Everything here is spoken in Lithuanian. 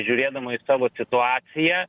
žiūrėdama į savo situaciją